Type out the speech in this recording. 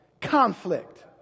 conflict